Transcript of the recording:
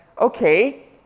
okay